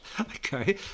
okay